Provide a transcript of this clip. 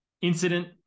incident